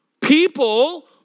People